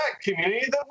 community